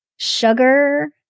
Sugar